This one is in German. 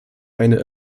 eine